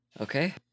Okay